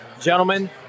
Gentlemen